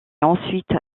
ensuite